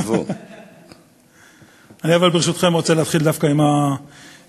אני, ברשותכם, רוצה להתחיל דווקא בתקציב,